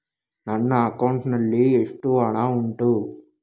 ನನ್ನ ಅಕೌಂಟ್ ನಲ್ಲಿ ಎಷ್ಟು ಹಣ ಉಂಟು?